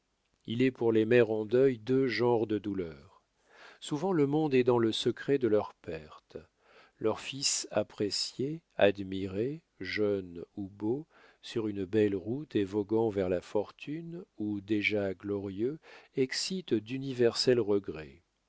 il est pour les mères en deuil deux genres de douleur souvent le monde est dans le secret de leur perte leur fils apprécié admiré jeune ou beau sur une belle route et voguant vers la fortune ou déjà glorieux excite d'universels regrets